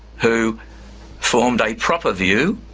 who formed a proper view,